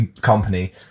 company